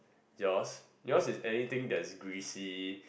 yours yours is anything that's greasy